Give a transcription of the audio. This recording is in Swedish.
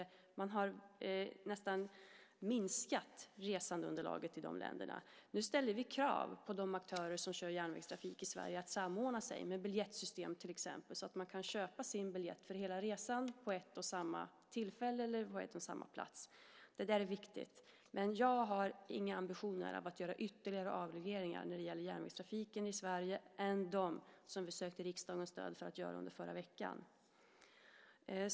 Man har nästan minskat resandeunderlaget i de länderna. Nu ställer vi krav på de aktörer som kör järnvägstrafik i Sverige att samordna sig med biljettsystem till exempel så att man kan köpa biljett för hela resan vid ett och samma tillfälle och på en och samma plats. Det är viktigt. Jag har inga andra ambitioner att göra ytterligare avregleringar när det gäller järnvägstrafiken i Sverige än dem som vi sökte riksdagens stöd för förra veckan.